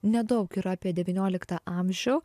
nedaug yra apie devynioliktą amžių